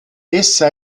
essa